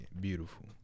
beautiful